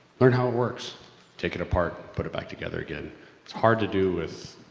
learn how it works take it apart, put it back together again, it's hard to do with,